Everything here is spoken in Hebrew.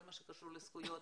כל מה שקשור לזכויות,